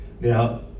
Now